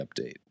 update